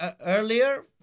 earlier